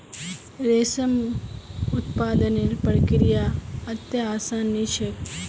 रेशम उत्पादनेर प्रक्रिया अत्ते आसान नी छेक